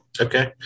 okay